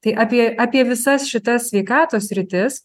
tai apie apie visas šitas sveikatos sritis